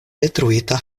detruita